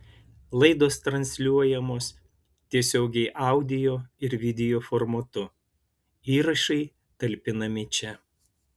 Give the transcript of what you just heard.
laidos transliuojamos tiesiogiai audio ir video formatu įrašai talpinami čia